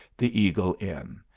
the eagle inn,